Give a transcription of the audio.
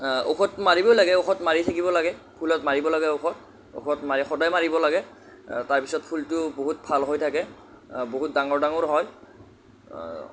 ঔষধ মাৰিবই লাগে ঔষধ মাৰি থাকিব লাগে ফুলত মাৰিব লাগে ঔষধ ঔষধ মাৰি সদায় মাৰিব লাগে তাৰপিছত ফুলটো বহুত ভাল হৈ থাকে বহুত ডাঙৰ ডাঙৰ হয়